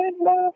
love